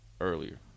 earlier